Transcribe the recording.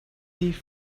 thief